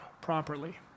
properly